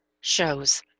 shows